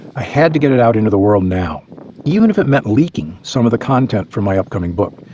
ah had to get it out into the world now even if it meant leaking some of the content from my upcoming book.